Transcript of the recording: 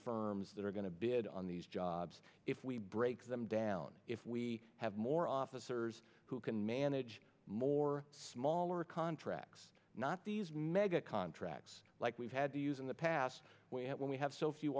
firms that are going to bid on these jobs if we break them down if we have more officers who can manage more smaller contracts not these mega contracts like we've had to use in the past when we have so few